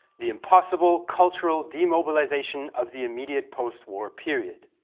the impossible cultural demobilization of the immediate post-war period.